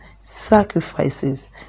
sacrifices